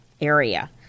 area